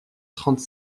trente